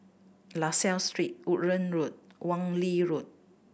La Salle Street Woodlands Road Wan Lee Road